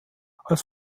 als